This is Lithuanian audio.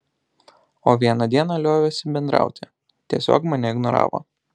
o vieną dieną liovėsi bendrauti tiesiog mane ignoravo